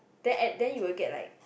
then at then you will get like